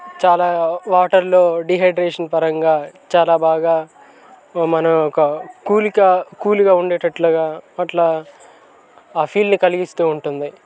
చాలా వాటర్లో డిహైడ్రేషన్ పరంగా చాలా బాగా మనం ఒక కూలిగా కూల్గా ఉండేటట్లుగా ఆ ఫీల్ని కలిగిస్తూ ఉంటుంది